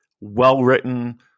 well-written